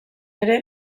ere